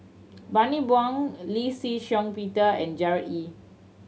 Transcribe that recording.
Bani Buang Lee Shih Shiong Peter and Gerard Ee